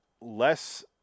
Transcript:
less